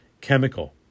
Chemical